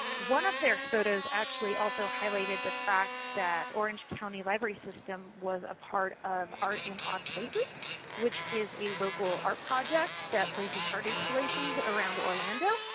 one of their photos actually also highlighted the fact that orange county library system was part of art in odd places which is a local art project that places art installations around orlando.